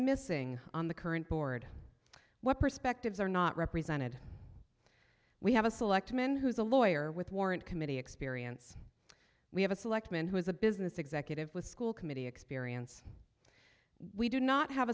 missing on the current board what perspectives are not represented we have a selectman who is a lawyer with warrant committee experience we have a selectman who is a business executive with school committee experience we do not have